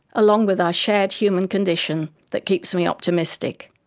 along with our shared human condition, that keeps me optimistic.